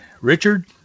Richard